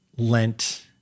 lent